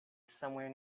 somewhere